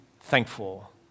thankful